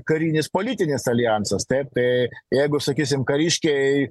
karinis politinis aljansas taip tai jeigu sakysim kariškiai